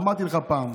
אמרתי לך פעם: